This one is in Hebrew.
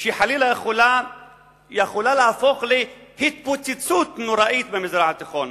שחלילה יכולה להפוך להתפוצצות נוראית במזרח התיכון.